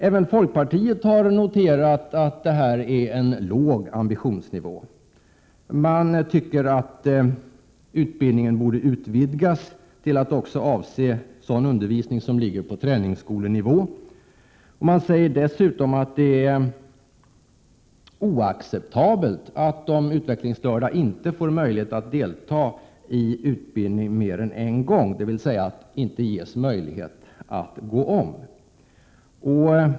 Även folkpartiet har noterat att det är en låg ambitionsnivå och att utbildningen borde utvidgas till att också avse sådan undervisning som ligger på träningsskolenivå. Man säger dessutom att det är oacceptabelt att de utvecklingsstörda inte får möjlighet att delta i utbildning mer än en gång, dvs. inte ges möjlighet att gå om.